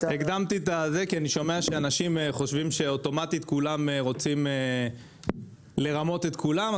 כי אני שומע שאנשים חושבים שאוטומטית כולם רוצים לרמות את כולם.